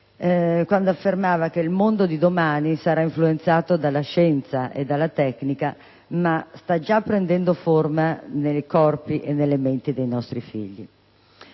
quale affermava che il mondo di domani sarà influenzato dalla scienza e dalla tecnica, ma sta già prendendo forma nei corpi e nelle menti dei nostri figli.